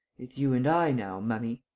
it's you and i now, mummy.